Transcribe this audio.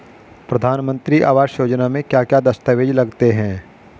प्रधानमंत्री आवास योजना में क्या क्या दस्तावेज लगते हैं?